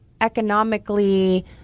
economically